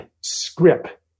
script